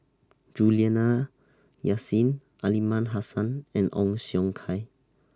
Juliana Yasin Aliman Hassan and Ong Siong Kai